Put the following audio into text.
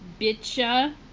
bitcha